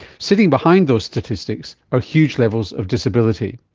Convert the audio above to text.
sitting behind those statistics are huge levels of disability.